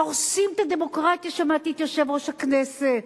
הורסים את הדמוקרטיה, שמעתי את יושב-ראש הכנסת,